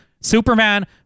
Superman